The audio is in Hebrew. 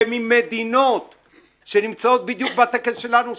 וממדינות שנמצאות בדיוק בתקן שלנו,